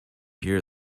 hear